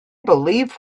believe